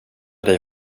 dig